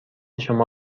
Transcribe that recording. شما